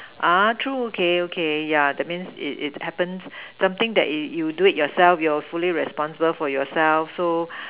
ah true okay okay yeah that means it it happens something that you you do it yourself you're fully responsible for yourself so